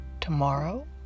tomorrow